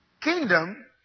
kingdom